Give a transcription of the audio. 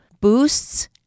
boosts